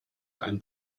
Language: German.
ein